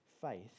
faith